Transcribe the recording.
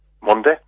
Monday